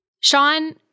Sean